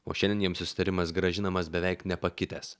o šiandien jiems susitarimas grąžinamas beveik nepakitęs